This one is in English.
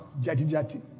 jati-jati